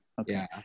Okay